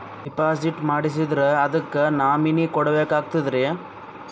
Deposit ಮಾಡ್ಸಿದ್ರ ಅದಕ್ಕ nominee ಕೊಡಬೇಕಾಗ್ತದ್ರಿ?